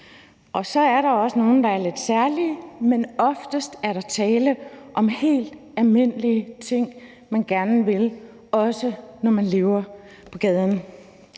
Så er der også nogle, der er lidt særlige, men oftest er der tale om helt almindelige ting, man gerne vil, også når man lever på gaden.